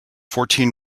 fourteen